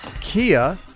Kia